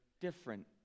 different